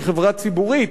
שהיא חברה ציבורית,